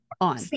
on